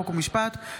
חוק ומשפט.